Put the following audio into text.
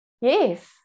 yes